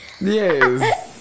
Yes